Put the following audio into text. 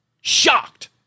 shocked